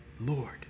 Lord